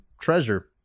treasure